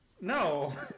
No